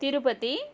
Tirupati